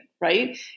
right